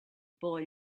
boy